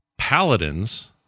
paladins